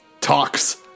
talks